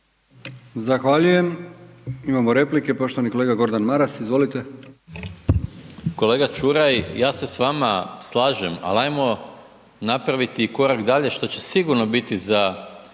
Zahvaljujem. Imamo replike, poštovani kolega Gordan Maras, izvolite. **Maras, Gordan (SDP)** Kolega Čuraj, ja se s vama slažem, a lajmo napraviti korak dalje što će sigurno biti za